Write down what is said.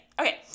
Okay